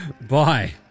Bye